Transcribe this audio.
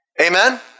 Amen